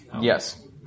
Yes